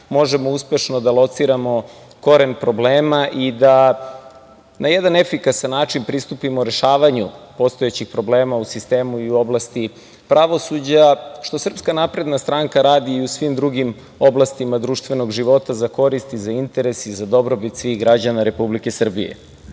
možemo uspešno da lociramo koren problema i da na jedan efikasan način pristupimo rešavanju postojećih problema u sistemu i u oblasti pravosuđa, što Srpska napredna stranka radi i u svim drugim oblastima društvenog života za korist, interes i za dobrobit svih građana Republike